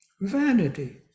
Vanity